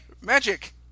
Magic